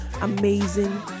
amazing